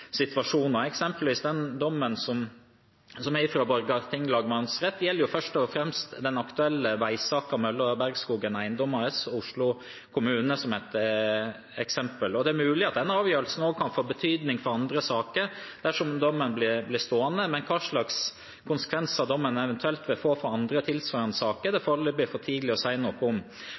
situasjoner, eksempelvis dommen fra Borgarting lagmannsrett som først og fremst gjelder den aktuelle veisaken mellom Bergskogen Eiendom AS og Oslo kommune. Det er mulig at den avgjørelsen også kan få betydning for andre saker dersom dommen blir stående. Men hva slags konsekvenser dommen eventuelt vil få for andre tilsvarende saker, er det foreløpig for tidlig å si noe om.